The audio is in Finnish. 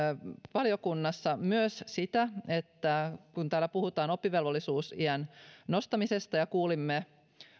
valiokunnassa myös sitä että kun täällä puhutaan oppivelvollisuusiän nostamisesta ja kuulimme